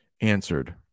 answered